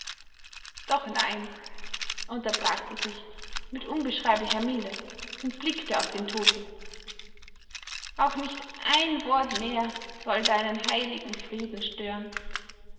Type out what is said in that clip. doch nein unterbrach sie sich mit unbeschreiblicher milde und blickte auf den toten auch nicht ein wort mehr soll deinen heiligen frieden stören